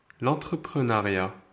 l'entrepreneuriat